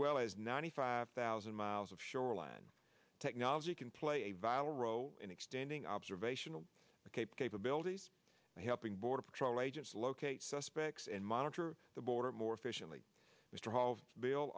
well as ninety five thousand miles of shoreline technology can play a vital row in extending observational capabilities helping border patrol agents locate suspects and monitor the border more efficiently